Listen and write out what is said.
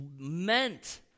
meant